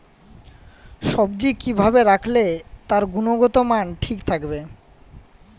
সবজি কি ভাবে রাখলে তার গুনগতমান ঠিক থাকবে?